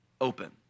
open